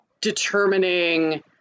determining